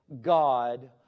God